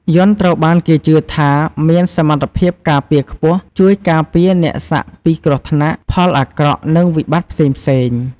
យ័ន្តត្រូវបានគេជឿថា មានសមត្ថភាពការពារខ្ពស់ ជួយការពារអ្នកសាក់ពីគ្រោះថ្នាក់ ផលអាក្រក់ និងវិបត្តិផ្សេងៗ។